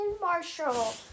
Marshall